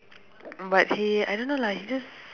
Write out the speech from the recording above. but he I don't know lah he just